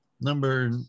Number